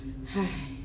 !hais!